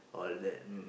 all that mm